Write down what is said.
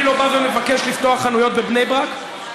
אני לא בא ומבקש לפתוח חנויות בבני ברק,